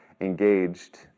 engaged